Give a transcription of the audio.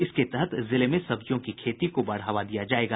इसके तहत जिले में सब्जियों की खेती को बढ़ावा दिया जायेगा